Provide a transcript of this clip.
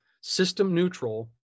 system-neutral